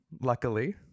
luckily